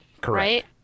Correct